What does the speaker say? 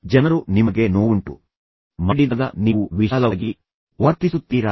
ಜನರು ನಿಮಗೆ ನೋವುಂಟು ಮಾಡಿದಾಗ ನೀವು ವಿಶಾಲವಾಗಿ ವರ್ತಿಸುತ್ತೀರಾ